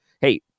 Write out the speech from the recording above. hey